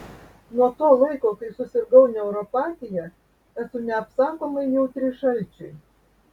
nuo to laiko kai susirgau neuropatija esu neapsakomai jautri šalčiui